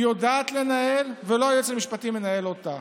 היא יודעת לנהל ולא היועץ המשפטי מנהל אותה,